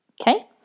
Okay